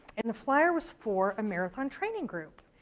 and the flyer was for a marathon training group.